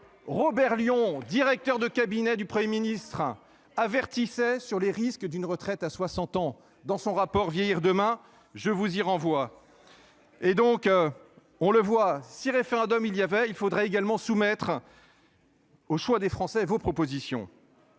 Robert Lion, directeur de cabinet du Premier ministre hein avertissait sur les risques d'une retraite à 60 ans. Dans son rapport vieillir demain je vous y renvoie. Et donc. On le voit, si référendum il y avait il faudrait également soumettre. Au choix des Français vos propositions.